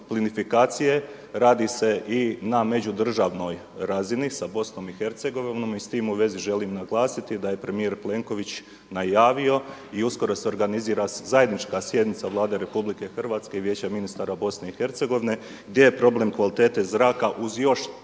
plinifikacije radi se i na međudržavnoj razini sa BiH i s tim u vezi želim naglasiti da je premijer Plenković najavio i uskoro se organizira zajednička sjednica Vlade RH i Vijeće ministar BiH gdje je problem kvalitete zraka uz još